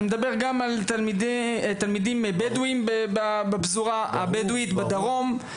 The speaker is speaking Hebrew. גם לתלמידים מהפזורה הבדואית בדרום.